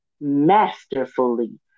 masterfully